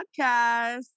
podcast